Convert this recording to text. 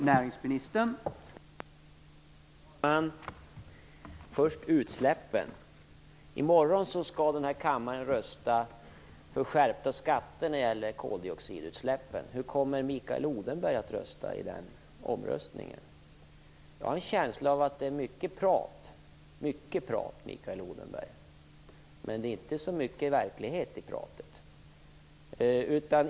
Herr talman! I morgon skall denna kammare rösta för höjda skatter när det gäller koldioxidutsläppen. Hur kommer Mikael Odenberg att rösta i den omröstningen? Jag har en känsla av att det är mycket prat, men det är inte så mycket verklighet bakom pratet.